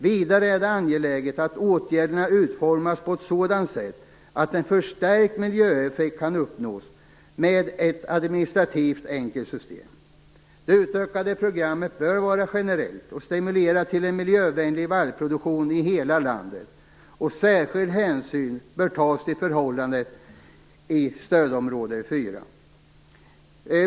Vidare är det angeläget att åtgärderna utformas på ett sådant sätt att en förstärkt miljöeffekt kan uppnås med ett administrativt enkelt system. Det utökade programmet bör vara generellt och stimulera till en miljövänlig vallproduktion i hela landet. Särskild hänsyn bör tas till förhållandena i stödområde 4.